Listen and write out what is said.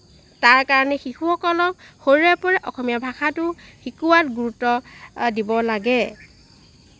তাৰ কাৰণে শিশুসকলক সৰুৰে পৰা অসমীয়া ভাষাটো শিকোৱাত গুৰুত্ব দিব লাগে